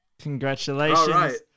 Congratulations